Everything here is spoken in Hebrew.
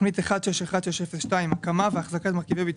האם בשירות בתי הסוהר לוקחים בחשבון את דוח מבקר